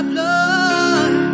blood